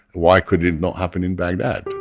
why could it not happen in baghdad?